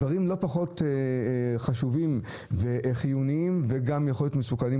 דברים לא פחות חשובים וחיוניים שיכולים להיות גם מסוכנים,